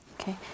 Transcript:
Okay